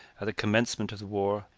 at the commencement of the war,